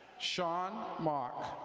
shawn mock.